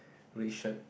red shirt